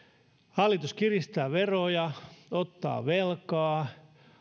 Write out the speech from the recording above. hallitus kiristää veroja ottaa velkaa